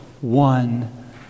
one